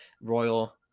royal